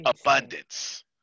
abundance